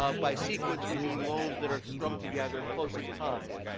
ah by sequence, we mean loans that are strung together, close in time.